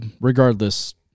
regardless